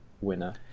winner